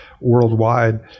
worldwide